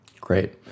Great